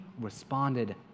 responded